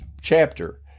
chapter